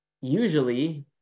usually